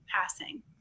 passing